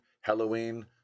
Halloween